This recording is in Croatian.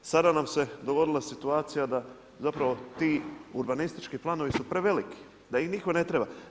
Sada nam se dogodila situacija da zapravo ti urbanistički planovi su preveliki, da ih nitko ne treba.